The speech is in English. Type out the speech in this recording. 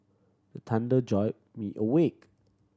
the thunder jolt me awake